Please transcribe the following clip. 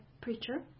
preacher